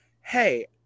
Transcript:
hey